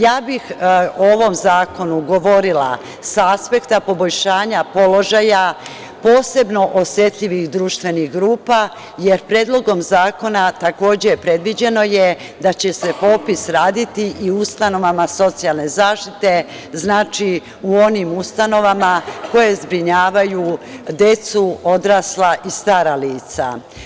Ja bih o ovom zakonu govorila sa aspekta poboljšanja položaja posebno osetljivih društvenih grupa, jer Predlogom zakona predviđeno je da će se popis raditi i u ustanovama socijalne zaštite, znači, u onim ustanovama koje zbrinjavaju decu, odrasla i stara lica.